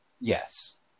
Yes